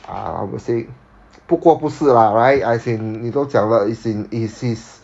ah I would say 不过不是 lah right as in 你都讲了 as in he he's